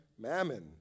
mammon